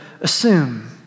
assume